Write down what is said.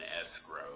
escrow